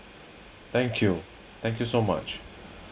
thank you thank you so much